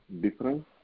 Different